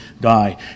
die